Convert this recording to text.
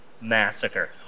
massacre